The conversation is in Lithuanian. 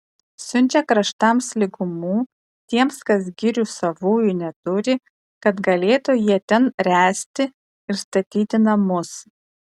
siunčia kraštams lygumų tiems kas girių savųjų neturi kad galėtų jie ten ręsti ir statyti namus